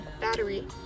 battery